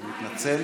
אני מתנצל.